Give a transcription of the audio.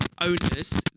Owners